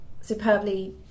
superbly